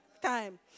time